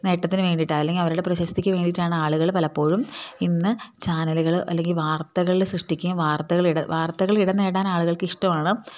നേട്ടത്തിന് വേണ്ടിയിട്ട് അല്ലെങ്കിൽ അവരുടെ പ്രശസ്തിക്ക് വേണ്ടിയിട്ടാണ് ആളുകൾ പലപ്പോഴും ഇന്ന് ചാനലുകൾ അല്ലെങ്കിൽ വാർത്തകൾ സൃഷ്ടിക്കുകയും വാർത്തകൾ വാർത്തകൾ ഇടം നേടാൻ ആളുകൾക്ക് ഇഷ്ടമാണ്